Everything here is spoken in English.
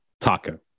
Taco